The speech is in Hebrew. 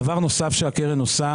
דבר נוסף שהקרן עושה.